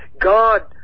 God